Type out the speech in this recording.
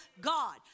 God